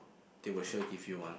they will sure give you one